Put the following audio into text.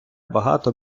багато